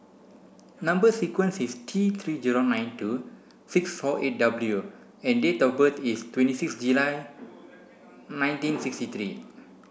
number sequence is T three zero nine two six four eight W and date of birth is twenty six July nineteen sixty three